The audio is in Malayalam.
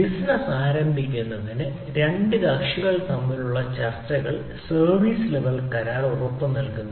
ബിസിനസ്സ് ആരംഭിക്കുന്നതിന് 2 കക്ഷികൾ തമ്മിലുള്ള ചർച്ചകൾ സർവീസ് ലെവൽ കരാർ ഉറപ്പുനൽകുന്നു